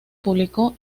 publicó